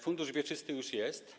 Fundusz wieczysty już jest.